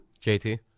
JT